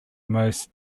most